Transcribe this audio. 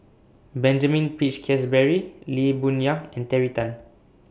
Benjamin Peach Keasberry Lee Boon Yang and Terry Tan